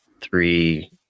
three